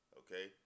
okay